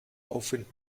aufwind